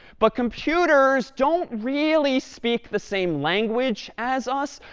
but computers don't really speak the same language as us.